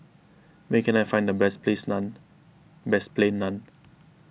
where can I find the best Plains Naan best Plain Naan